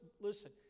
Listen